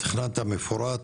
מפורט,